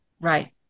Right